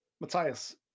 Matthias